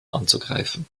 anzugreifen